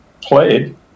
played